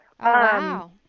Wow